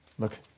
Look